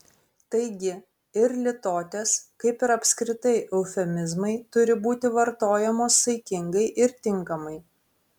taigi ir litotės kaip ir apskritai eufemizmai turi būti vartojamos saikingai ir tinkamai